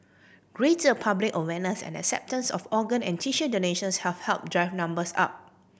greater public awareness and acceptance of organ and tissue donations have helped drive numbers up